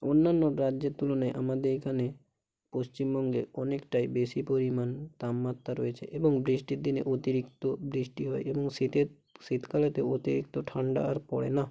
অন্যান্য রাজ্যের তুলনায় আমাদের এখানে পশ্চিমবঙ্গে অনেকটাই বেশি পরিমাণ তাপমাত্রা রয়েছে এবং বৃষ্টির দিনে অতিরিক্ত বৃষ্টি হয় এবং শীতে শীতকালেতেও অতিরিক্ত ঠান্ডা আর পড়ে না